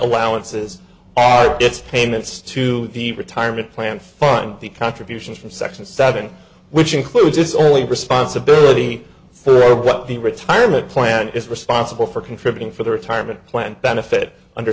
allowances are it's payments to the retirement plan fund the contributions from section seven which includes it's only responsibility for what the retirement plan is responsible for contributing for the retirement plan benefit under